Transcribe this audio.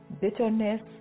bitterness